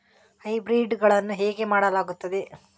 Hybrid ಗಳನ್ನು ಹೇಗೆ ಮಾಡಲಾಗುತ್ತದೆ?